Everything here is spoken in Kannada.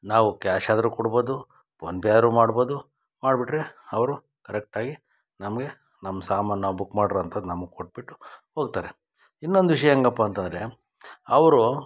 ನಾವು ಕ್ಯಾಶ್ ಆದರೂ ಕೊಡ್ಬೋದು ಫೋನ್ಪೇ ಆದ್ರು ಮಾಡ್ಬೋದು ಮಾಡ್ಬಿಟ್ಟ್ರೆ ಅವರು ಕರೆಕ್ಟಾಗಿ ನಮಗೆ ನಮ್ಮ ಸಾಮಾನು ನಾವು ಬುಕ್ ಮಾಡಿರೋ ಅಂಥದ್ದು ನಮ್ಗೆ ಕೊಟ್ಟುಬಿಟ್ಟು ಹೋಗ್ತಾರೆ ಇನ್ನೊಂದು ವಿಷಯ ಹೇಗಪ್ಪ ಅಂತಂದರೆ ಅವರು